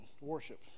Worship